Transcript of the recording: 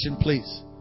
please